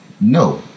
no